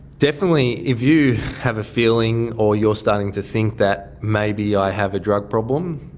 definitely if you have a feeling or you are starting to think that maybe i have a drug problem,